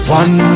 one